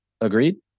Agreed